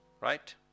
Right